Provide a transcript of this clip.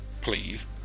please